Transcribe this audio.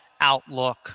Outlook